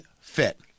fit